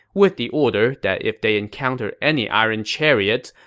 with the order that if they encounter any iron chariots,